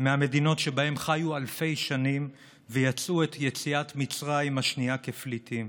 מהמדינות שבהן חיו אלפי שנים ויצאו את יציאת מצרים השנייה כפליטים.